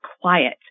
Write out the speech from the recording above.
quiet